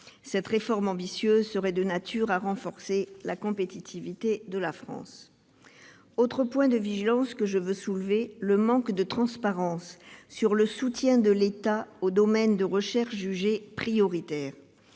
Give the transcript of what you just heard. telle réforme ambitieuse serait de nature à renforcer la compétitivité de la France. Autre point de vigilance que je veux soulever : le manque de transparence sur le soutien de l'État aux domaines de recherche jugés prioritaires.